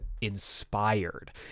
inspired